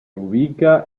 ubica